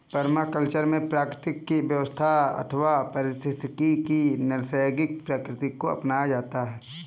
permaculture में प्रकृति की व्यवस्था अथवा पारिस्थितिकी की नैसर्गिक प्रकृति को अपनाया जाता है